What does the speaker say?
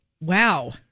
Wow